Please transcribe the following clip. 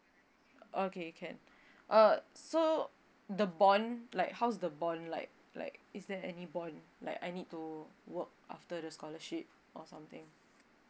okay can uh so the bond like how's the bond like like is there any bond like I need to work after the scholarship or something